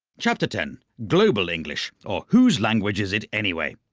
chapter ten global english or whose language is it anyway?